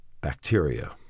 Bacteria